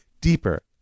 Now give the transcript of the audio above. deeper